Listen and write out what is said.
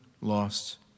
lost